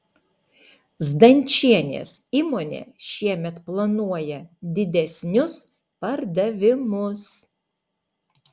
zdančienės įmonė šiemet planuoja didesnius pardavimus